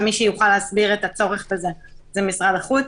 מי שיכול להסביר את הצורך בזה זה משרד החוץ.